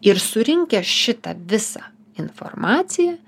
ir surinkę šitą visą informaciją